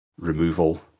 removal